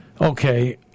Okay